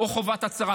או חובת הצהרה.